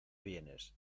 vienes